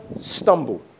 stumble